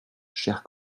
chers